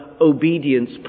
obedience